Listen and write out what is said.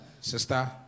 Sister